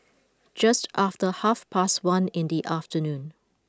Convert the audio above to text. just after half past one in the afternoon